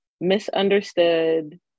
misunderstood